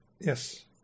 Yes